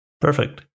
Perfect